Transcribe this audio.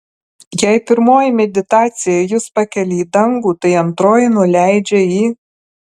jei pirmoji meditacija jus pakelia į dangų tai antroji nuleidžia į